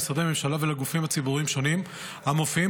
למשרדי ממשלה ולגופים ציבוריים שונים המופיעים